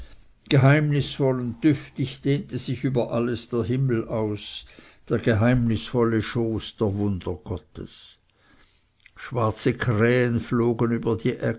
und düftig dehnte sich über alles der himmel aus der geheimnisvolle schoß der wunder gottes schwarze krähen flogen über die